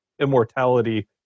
immortality